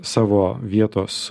savo vietos